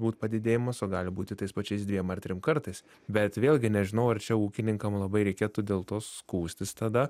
būt padidėjimas o gali būti tais pačiais dviem ar trim kartais bet vėlgi nežinau ar čia ūkininkam labai reikėtų dėl to skųstis tada